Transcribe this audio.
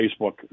Facebook